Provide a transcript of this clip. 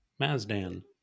Mazdan